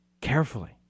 carefully